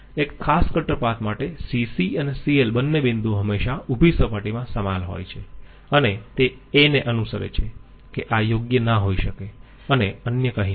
એક ખાસ cutter path માટે CC અને CL બંને બિંદુઓ હંમેશાં ઉભી સપાટીમાં સમાયેલ હોય છે અને તે a ને અનુસરે છે કે આ યોગ્ય ના હોઈ શકે અને અન્ય કંઈ નહીં